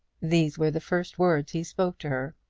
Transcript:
these were the first words he spoke to her.